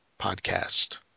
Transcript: Podcast